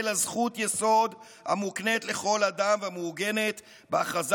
אלא זכות יסוד המוקנית לכל אדם והמעוגנת בהכרזה